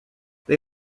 they